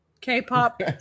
k-pop